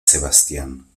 sebastián